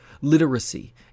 literacy